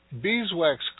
beeswax